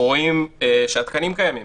אנחנו רואים שהתקנים קיימים